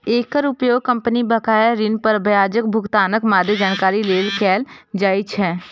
एकर उपयोग कंपनी बकाया ऋण पर ब्याजक भुगतानक मादे जानकारी लेल कैल जाइ छै